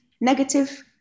negative